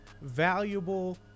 valuable